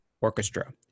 orchestra